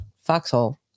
Foxhole